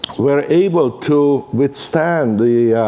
were able to withstand the